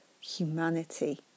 humanity